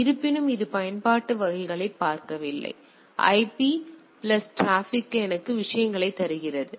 எனவே இருப்பினும் இது பயன்பாட்டு வகைகளைப் பார்க்கவில்லை எனவே ஐபி பிளஸ் டிராபிக் எனக்கு விஷயங்களைத் தருகிறது